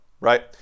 right